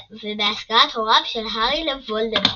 ובהסגרת הוריו של הארי לוולדמורט.